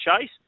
Chase